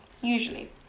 usually